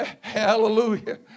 hallelujah